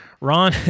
Ron